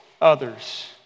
others